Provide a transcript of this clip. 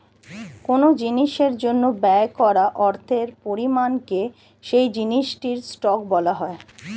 কোন জিনিসের জন্য ব্যয় করা অর্থের পরিমাণকে সেই জিনিসটির কস্ট বলা হয়